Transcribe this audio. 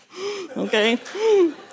okay